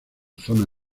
zona